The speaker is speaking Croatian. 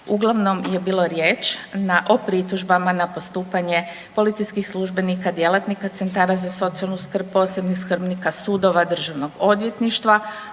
Uglavnom je bilo riječ o pritužbama na postupanja policijskih službenika, djelatnika centara za socijalnu skrb, posebnih skrbnika, sudova, državnog odvjetništva,